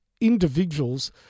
individuals